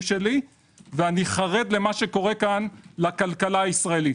שלי ואני חרד למה שקורה כאן לכלכלה הישראלית.